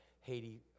Haiti